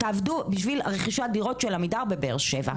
תעבדו בשביל רכישת הדירות של עמידר בבאר שבע.